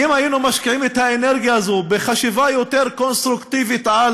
אם היינו משקיעים את האנרגיה הזאת בחשיבה יותר קונסטרוקטיבית על